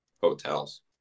hotels